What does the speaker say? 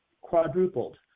quadrupled